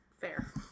fair